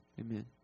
amen